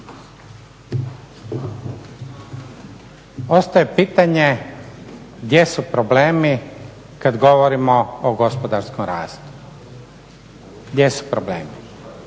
Ostaje pitanje gdje su problemi kada govorimo o gospodarskom rastu. Gdje su problemi?